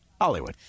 Hollywood